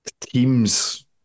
Teams